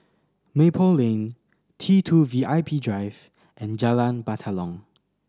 Maple Lane T Two V I P Drive and Jalan Batalong